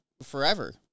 forever